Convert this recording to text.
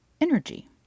energy